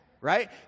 right